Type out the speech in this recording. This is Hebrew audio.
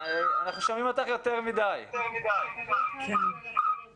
אני מאוד מעריכה את העבודה שהם עשו.